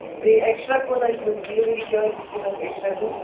بیٚیہِ اٮ۪کٕسٹرٛا کوٗتاہ چھِ دیُن ڈِلِؤری چارجِز کوٗتاہ چھِ اٮ۪کٕسٹرٛا دیُن